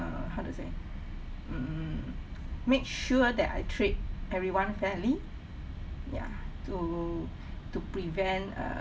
err how to say mm make sure that I treat everyone fairly ya to to prevent uh